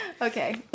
Okay